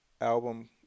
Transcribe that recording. album